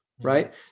right